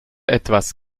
etwas